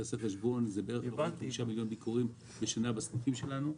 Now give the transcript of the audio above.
אם תעשה חשבון זה בערך 45 מיליון ביקורים בשנה בסניפים שלנו.